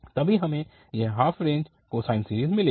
तभी हमें यह हाफ रेंज कोसाइन सीरीज मिलेगी